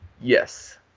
Yes